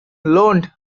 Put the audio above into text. loaned